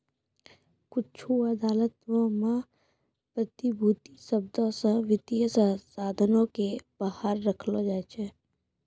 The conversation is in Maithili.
कुछु अदालतो मे प्रतिभूति शब्दो से वित्तीय साधनो के बाहर रखलो जाय छै